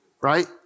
Right